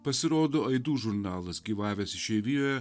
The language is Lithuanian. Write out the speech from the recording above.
pasirodo aidų žurnalas gyvavęs išeivijoje